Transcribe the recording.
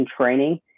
training